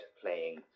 playing